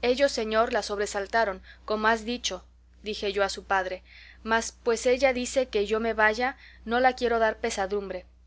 ellos señor la sobresaltaron como has dicho dije yo a su padre mas pues ella dice que yo me vaya no la quiero dar pesadumbre